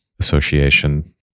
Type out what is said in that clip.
association